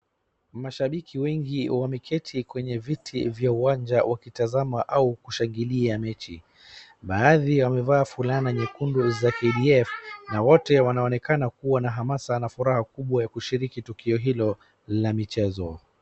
Mashabiki wengi wameketi kwenye viti vya uwanja wakitazama au kushangilia mechi. Baadhi wamevaa fulana nyekundu za KDF na wote wanaonekana kuwa na hamasa na furaha kubwa kushiriki tukio hilo la michezo.